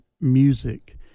music